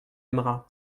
aimera